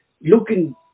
looking